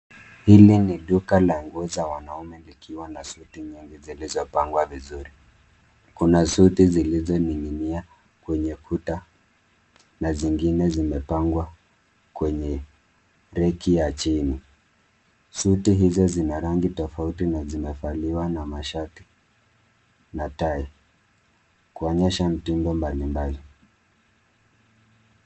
Hili ni duka la nguo za wanaume likiwa na suti nyingi zilizopangwa vizuri. Kuna suti zilizoning'inia kwenye kuta na zingine zimepangwa kwenye reki ya chini. Suti hizo zina rangi tofauti na zinavaliwa na mashati na tai kuonyesha mtindo mbalimbali.